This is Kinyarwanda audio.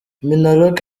minaloc